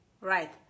right